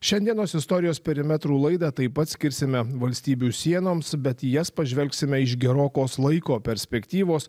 šiandienos istorijos perimetrų laidą taip pat skirsime valstybių sienoms bet į jas pažvelgsime iš gerokos laiko perspektyvos